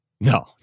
No